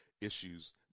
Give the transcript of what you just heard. issues